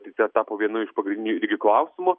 tai ce tapo vienu iš pagrindinių klausimų